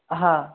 हा